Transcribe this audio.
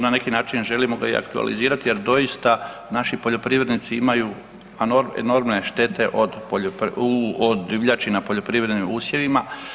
Na neki način želimo ga i aktualizirati jer doista naši poljoprivrednici imaju enormne štete od divljači na poljoprivrednim usjevima.